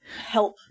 help